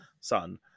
son